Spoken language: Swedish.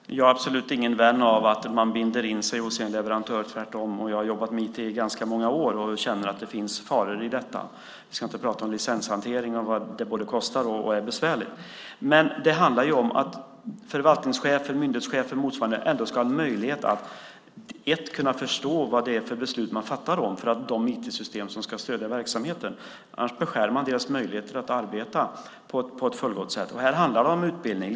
Fru talman! Jag är absolut ingen vän av att man binder in sig hos en leverantör, tvärtom. Jag har jobbat med IT i ganska många år och känner att det finns faror i detta. Vi ska inte prata om licenshantering, vad det borde kosta och vad som är besvärligt, men det handlar ju om att förvaltningschefen, myndighetschefen och motsvarande ändå ska ha en möjlighet att kunna förstå vad det är för beslut man fattar när det gäller de IT-system som ska stödja verksamheten. Annars beskär man deras möjligheter att arbeta på ett fullgott sätt. Här handlar det om utbildning.